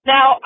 Now